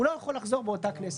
הוא לא יכול לחזור באותה כנסת.